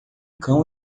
cão